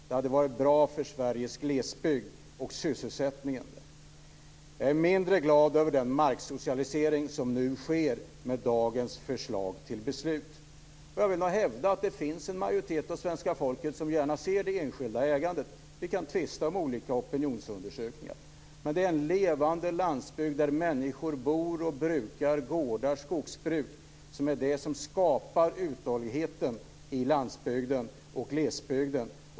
Det hade varit bra för Sveriges glesbygd och sysselsättningen. Jag är mindre glad över den marksocialisering som nu sker med dagens förslag till beslut. Jag vill hävda att det finns en majoritet av svenska folket som gärna vill se det enskilda ägandet. Vi kan tvista om olika opinionsundersökningar, men det är en levande landsbygd där människor bor och brukar, har gårdar och skogsbruk och med det skapar uthålligheten i landsbygden och glesbygden.